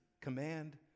command